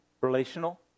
Relational